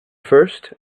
first